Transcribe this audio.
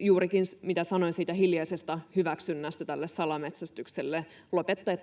juurikin se, mitä sanoin siitä hiljaisesta hyväksynnästä tälle salametsästykselle,